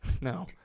No